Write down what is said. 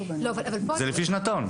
זה לפי שנתון.